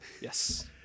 Yes